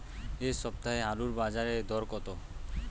এ সপ্তাহে আলুর বাজারে দর কত?